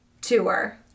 tour